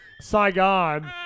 Saigon